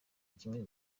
kimwe